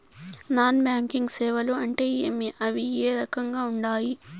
non banking సేవలు అంటే ఏమి అవి ఏ రకంగా ఉండాయి